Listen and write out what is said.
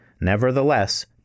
Nevertheless